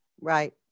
Right